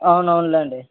అవును అవునులే అండి